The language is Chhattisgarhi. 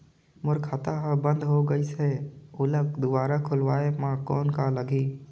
मोर खाता हर बंद हो गाईस है ओला दुबारा खोलवाय म कौन का लगही?